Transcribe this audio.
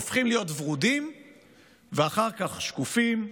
להיות ורודים ואחר כך שקופים,